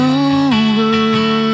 over